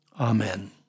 Amen